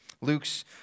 Luke's